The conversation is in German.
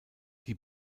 die